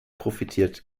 profitiert